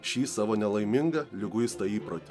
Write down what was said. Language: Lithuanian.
šį savo nelaimingą liguistą įprotį